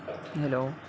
hello